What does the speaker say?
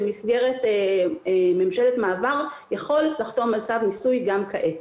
במסגרת ממשלת מעבר לחתום על צו מיסוי גם כעת.